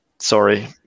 sorry